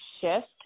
shift